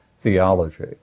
theology